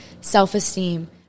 Self-esteem